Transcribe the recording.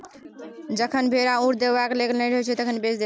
जखन भेरा उन देबाक जोग नहि रहय छै तए बेच देल जाइ छै